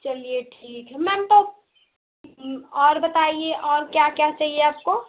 चलिए ठीक है मैम तो और बताइए और क्या क्या चाहिए आपको